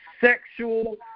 sexual